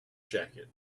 jacket